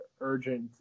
urgent